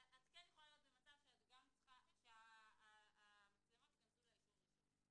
אבל את כן יכולה להיות במצב שהמצלמות ייכנסו לאישור הראשוני.